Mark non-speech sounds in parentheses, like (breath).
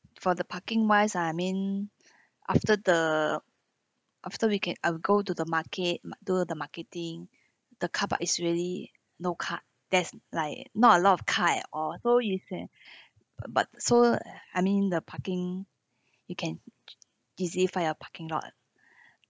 for the parking wise I mean after the after we can uh go to the market ma~ do the marketing (breath) the car park is really no car there's like not a lot of car at all so is eh (breath) but so I mean the parking you can easy find a parking lot